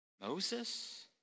Moses